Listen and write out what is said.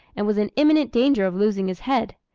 and was in imminent danger of losing his head.